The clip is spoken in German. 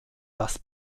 dass